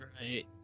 right